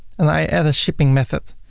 and i add a shipping method.